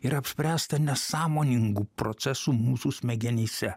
yra apspręsta nesąmoningų procesų mūsų smegenyse